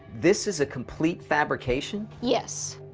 this is a complete fabrication? yes.